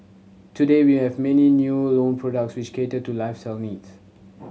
today we have many new loan products which cater to lifestyle needs